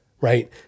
right